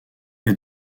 est